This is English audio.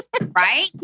Right